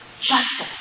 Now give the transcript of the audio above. Justice